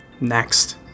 Next